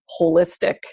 holistic